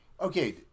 Okay